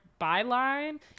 byline